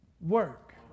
work